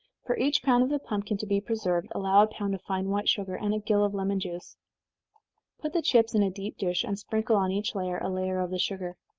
for each pound of the pumpkin to be preserved, allow a pound of fine white sugar, and a gill of lemon-juice. put the chips in a deep dish, and sprinkle on each layer a layer of the sugar.